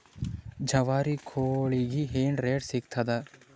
ಜವಾರಿ ಕೋಳಿಗಿ ಏನ್ ರೇಟ್ ಸಿಗ್ತದ?